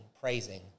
praising